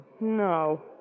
No